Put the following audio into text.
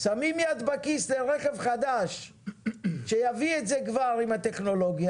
שמים יד בכיס לרכב חדש שיביא את זה כבר עם הטכנולוגיה,